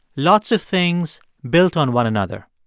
lots of things built on one another.